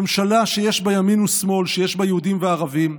ממשלה שיש בה ימין ושמאל, שיש בה יהודים וערבים,